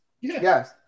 yes